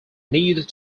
need